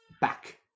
back